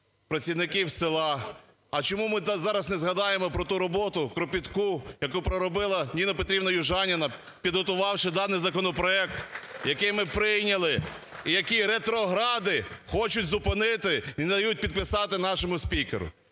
працівників села. А чому ми зараз не згадаємо про ту роботу кропітку, яку проробила Ніна Петрівна Южаніна, підготувавши даний законопроект? Який ми прийняли і який ретрогради хочуть зупинити і не дають підписати нашому спікеру.